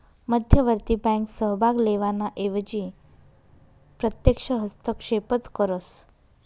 मध्यवर्ती बँक सहभाग लेवाना एवजी प्रत्यक्ष हस्तक्षेपच करस